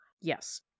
Yes